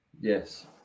Yes